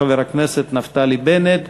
חבר הכנסת נפתלי בנט.